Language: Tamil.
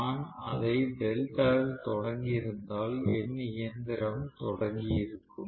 நான் அதை டெல்டாவில் தொடங்கியிருந்தால் என் இயந்திரம் தொடங்கியிருக்கும்